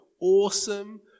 awesome